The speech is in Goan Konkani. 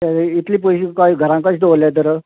इतले पयशे कशे घरा कशे दवरले तर